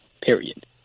period